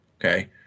Okay